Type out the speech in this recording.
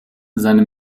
seine